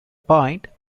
point